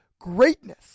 greatness